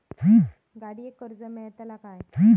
गाडयेक कर्ज मेलतला काय?